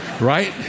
Right